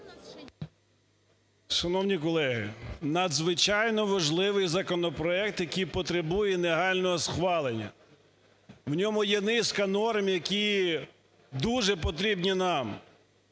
Шановні колеги, надзвичайно важливий законопроект, який потребує негайного схвалення. У ньому є низка норм, які дуже потрібні нам.